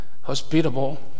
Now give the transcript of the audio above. hospitable